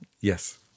Yes